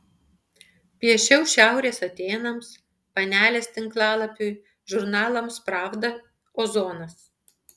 piešiau šiaurės atėnams panelės tinklalapiui žurnalams pravda ozonas